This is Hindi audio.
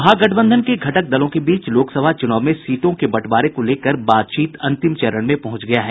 महागठबंधन के घटक दलों के बीच लोकसभा चुनाव में सीटों के बंटवारे को लेकर बातचीत अंतिम चरण में पहुंच गया है